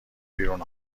بیرون